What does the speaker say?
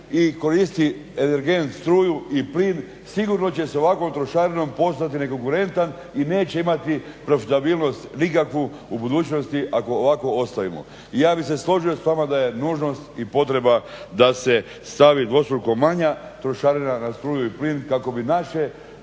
i koristi energent struju i plin, sigurno će se ovakvom trošarinom postati nekonkurentan i neće imati profitabilnost nikakvu u budućnosti ako ovako ostavimo. Ja bih se složio s vama da je nužnost i potreba da se stavi dvostruko manja trošarina na struju i plin kako bi naši